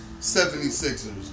76ers